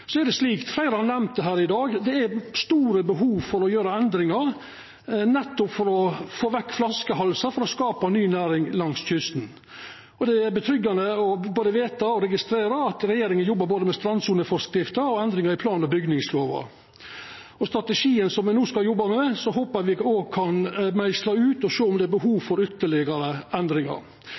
Så er det slik, som fleire har nemnt her i dag, at det er store behov for å gjera endringar, nettopp for å få vekk flaskehalsar for å skapa ny næring langs kysten. Det er tryggjande både å veta og registrera at regjeringa jobbar med både strandsoneforskrifta og endringar i plan- og bygningslova. Strategien me no skal jobba med, håpar eg me kan meisla ut og sjå om det er behov for ytterlegare endringar